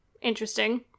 Interesting